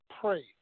pray